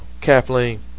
Kathleen